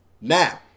Now